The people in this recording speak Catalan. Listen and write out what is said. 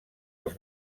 els